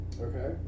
Okay